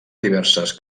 diverses